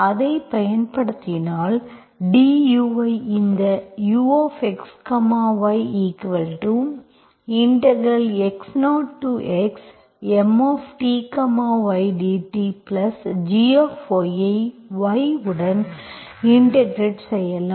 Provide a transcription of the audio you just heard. அதைப் பயன்படுத்தினால் du ஐப் இந்த ux yx0xMty dtg ஐ y உடன் இன்டெகிரெட் செய்யலாம்